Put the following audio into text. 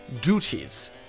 duties